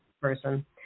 person